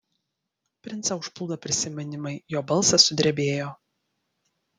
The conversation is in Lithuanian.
princą užplūdo prisiminimai jo balsas sudrebėjo